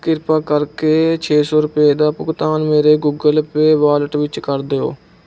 ਕਿਰਪਾ ਕਰਕੇ ਛੇ ਸੌ ਰੁਪਏ ਦਾ ਭੁਗਤਾਨ ਮੇਰੇ ਗੂਗਲ ਪੇ ਵਾਲਟ ਵਿੱਚ ਕਰ ਦਿਓ